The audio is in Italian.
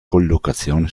collocazione